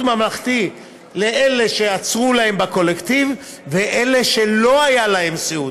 ממלכתי לאלה שעצרו להם בקולקטיבי ולאלה שלא היה להם סיעוד,